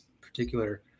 particular